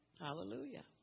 Hallelujah